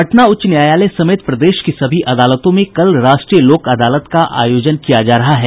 पटना उच्च न्यायालय समेत प्रदेश की सभी अदालतों में कल राष्ट्रीय लोक अदालत का आयोजन किया जा रहा हैं